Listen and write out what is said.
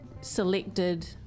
selected